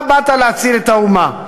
אתה באת להציל את האומה,